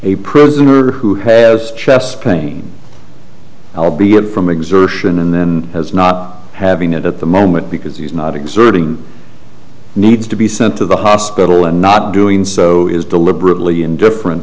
a prisoner who has chest pain i'll be good from exertion and then has not having it at the moment because he's not exerting needs to be sent to the hospital and not doing so is deliberately indifferent